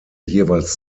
jeweils